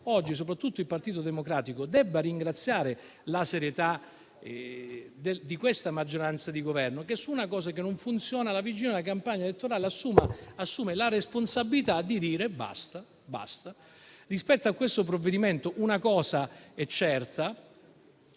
oggi soprattutto il Partito Democratico debba ringraziare la serietà di questa maggioranza di Governo che su una cosa che non funziona, alla vigilia della campagna elettorale, si assume la responsabilità di dire basta. Rispetto a questo provvedimento una cosa è certa: